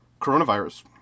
coronavirus